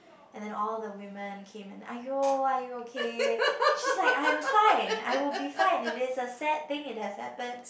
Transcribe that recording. and then all the women came and !aiyo! are you okay she's like I'm fine I will be fine and it's a sad thing it has happened